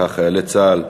חיילי צה"ל,